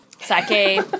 Sake